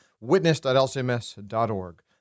witness.lcms.org